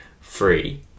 free